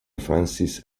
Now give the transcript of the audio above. frances